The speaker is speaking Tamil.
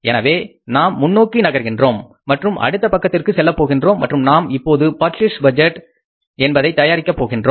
எனவே இப்போது நாம் முன்னோக்கி நகர்கிறோம் மற்றும் அடுத்த பக்கத்திற்கு செல்லப் போகின்றோம் மற்றும் நாம் இப்போது பர்ச்சேஸ் பட்ஜெட் என்பதை தயாரிக்கப் போகிறோம்